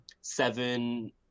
seven